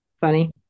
Funny